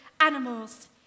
animals